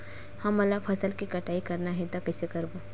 हमन ला फसल के कटाई करना हे त कइसे करबो?